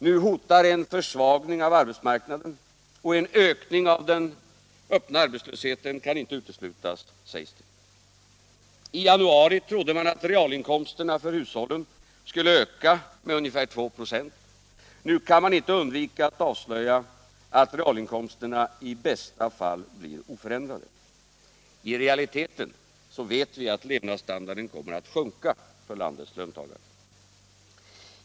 Nu hotar en försvagning av arbetsmarknaden, och en ökning av den öppna arbetslösheten kan inte uteslutas, sägs det. I januari trodde man att realinkomsterna för hushållen skulle öka med ungefär 2 26. Nu kan man inte undvika att avslöja att realinkomsterna i bästa fall blir oförändrade. I realiteten vet vi att levnadsstandarden kommer att sjunka för landets löntagare.